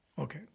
Okay